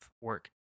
work